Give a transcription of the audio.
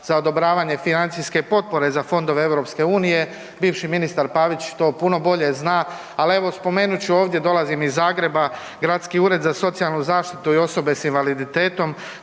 za odobravanje financijske potpore za Fondove EU. Bivši ministar Pavić to puno bolje zna, al evo spomenut ću ovdje, dolazim iz Zagreba, Gradski ured za socijalnu zaštitu i osobe s invaliditetom,